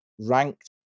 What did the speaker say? ranked